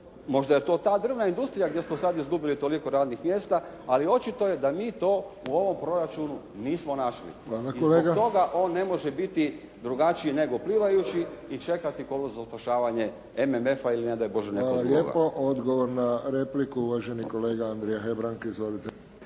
možda je to ta drvna industrija gdje smo sada izgubili toliko radnih mjesta, ali očito je da mi to u ovom proračunu nismo našli. … /Upadica: Hvala kolega./ …. I zbog toga on ne može biti drugačiji nego plivajući i čekati kolut za spašavanje MMF-a ili ne daj Bože nekog drugog. **Friščić, Josip (HSS)** Hvala lijepa. Odgovor na repliku, uvaženi kolega Andrija Hebrang. Izvolite.